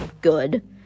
good